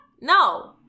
No